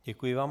Děkuji vám.